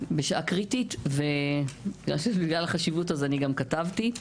קריטית, ובגלל החשיבות אני כתבתי.